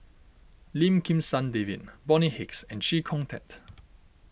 Lim Kim San David Bonny Hicks and Chee Kong Tet